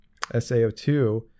SAO2